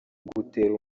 gutera